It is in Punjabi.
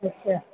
ਅੱਛਾ